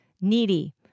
needy